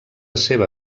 seva